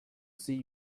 see